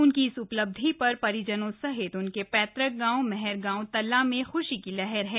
उनकी इस उपलब्धि पर परिजनों सहित उनके पैतृक गांव महरगांव तल्ला में खुशी की लहर है